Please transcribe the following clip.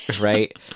right